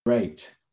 Great